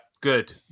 Good